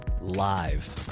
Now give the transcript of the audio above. Live